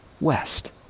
west